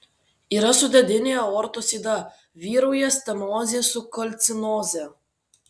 yra sudėtinė aortos yda vyrauja stenozė su kalcinoze